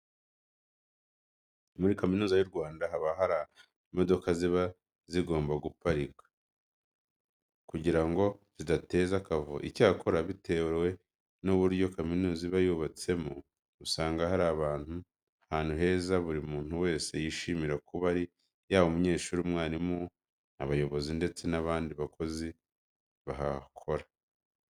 Muri Kaminuza y'u Rwanda haba hari ahantu imodoka ziba zigomba guparikwa kugira ngo zidateza akavuyo. Icyakora bitewe n'uburyo kaminuza iba yubatsemo, usanga ari ahantu heza buri muntu wese yishimira kuba ari yaba umunyeshuri, umwarimu, abayobozi ndetse n'abandi bakozi bahakora.